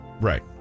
Right